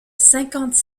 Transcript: cinquante